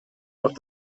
noch